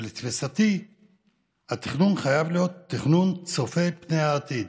לתפיסתי התכנון חייב להיות תכנון צופה פני עתיד,